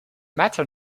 matter